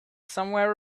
somewhere